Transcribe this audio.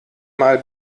mal